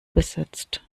besetzt